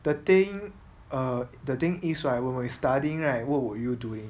the thing err the thing is right when we are studying right what would you doing